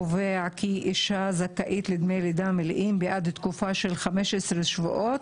קובע כי אישה זכאית לדמי לידה מלאים בעד תקופה של 15 שבועות,